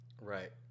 Right